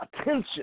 attention